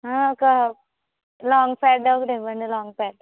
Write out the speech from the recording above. ఒక long pad ఒకటి ఇవ్వండి లాంగ్ ప్యాడ్